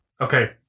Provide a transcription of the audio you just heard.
Okay